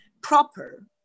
proper